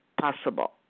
possible